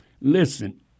Listen